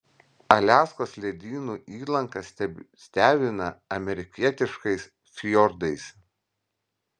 aliaskos ledynų įlanka stebina amerikietiškais fjordais